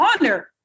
honor